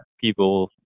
people